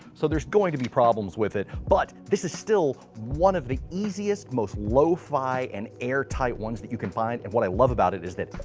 so there's going to be problems with it but this is still one of the easiest, most lo-fi and airtight ones that you can find. and what i love about it is that,